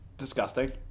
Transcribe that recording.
disgusting